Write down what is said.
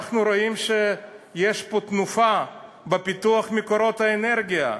אנחנו רואים שיש תנופה בפיתוח מקורות האנרגיה,